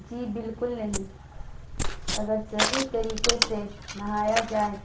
جی بالکل نہیں اگر صحیح طریقے سے نہایا جائے